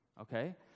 okay